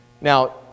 Now